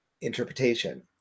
interpretation